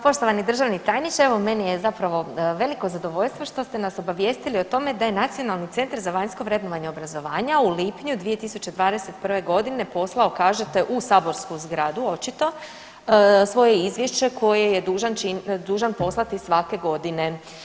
Poštovani državni tajniče, evo meni je zapravo veliko zadovoljstvo što ste nas obavijestili o tome da je Nacionalni centar za vanjsko vrednovanje obrazovanja u lipnju 2021. godine poslao kažete u saborsku zgradu očito svoje izvješće koje je dužan poslati svake godine.